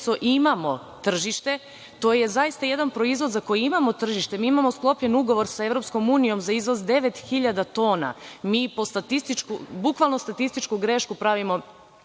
imamo tržište, to je zaista jedan proizvod za koji imamo tržište, mi imamo sklopljen Ugovor sa EU za izvoz 9.000 tona, mi, bukvalno statističku grešku pravimo